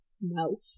no